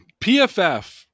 PFF